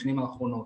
בשנים האחרונות.